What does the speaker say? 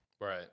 Right